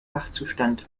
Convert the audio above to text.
wachzustand